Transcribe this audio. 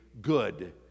good